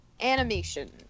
animation